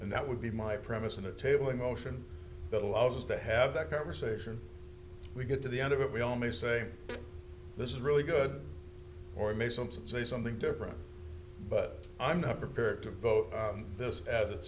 and that would be my premise on the table emotion that allows us to have that conversation we get to the end of it we only say this is really good or may something say something different but i'm not prepared to vote on this as it